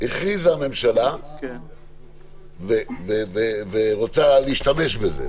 הכריזה הממשלה והיא רוצה להשתמש בזה,